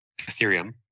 Ethereum